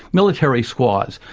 military squads,